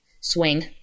swing